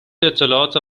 اطلاعات